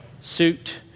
suit